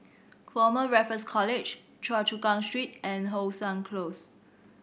Former Raffles College Choa Chu Kang Street and How Sun Close